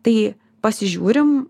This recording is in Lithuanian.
tai pasižiūrim